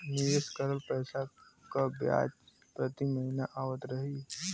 निवेश करल पैसा के ब्याज प्रति महीना आवत रही?